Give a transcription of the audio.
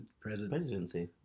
presidency